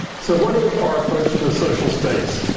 so what is our approach to the social space?